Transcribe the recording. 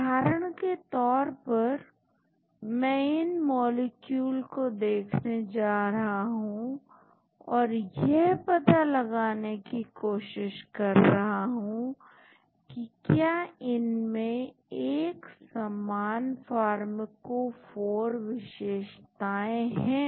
उदाहरण के तौर पर मैं इन मॉलिक्यूल को देखने जा रहा हूं और यह पता लगाने की कोशिश कर रहा हूं कि क्या इनमे एक समान फार्मकोफोर विशेषताएं हैं